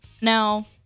Now